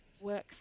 work